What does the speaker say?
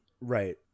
Right